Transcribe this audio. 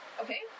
Okay